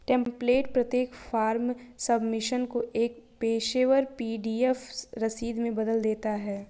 template प्रत्येक form submission को एक पेशेवर पी.डी.एफ रसीद में बदल देता है